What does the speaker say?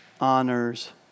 honors